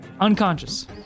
unconscious